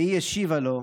והיא השיבה לו: